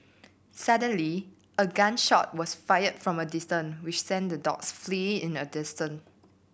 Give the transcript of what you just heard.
suddenly a gun shot was fired from a distance which sent the dogs fleeing in an distant